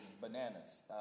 bananas